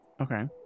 okay